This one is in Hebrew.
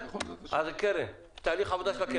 אז זה תהליך העבודה של הקרן.